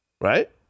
right